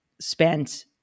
spent